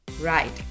Right